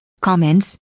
comments